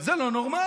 זה לא נורמלי.